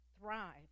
thrive